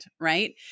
right